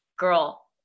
girl